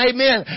Amen